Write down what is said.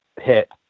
hit